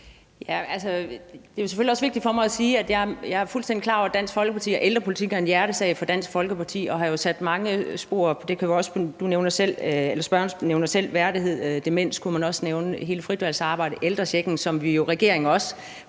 Det er jo selvfølgelig også vigtigt for mig at sige, at jeg er fuldstændig klar over, at ældrepolitikken er en hjertesag for Dansk Folkeparti, og det har jo sat mange spor. Spørgeren nævner selv værdighed; man kunne også nævne demens og hele fritvalgsarbejdet og en varig